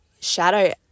shadow